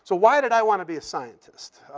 so why did i want to be a scientist?